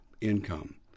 income